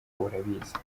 urabizi